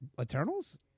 Eternals